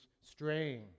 straying